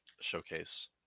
showcase